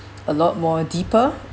a lot more deeper